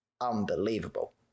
unbelievable